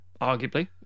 arguably